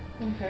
Okay